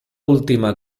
última